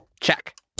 Check